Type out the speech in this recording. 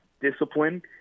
discipline